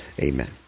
Amen